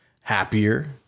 Happier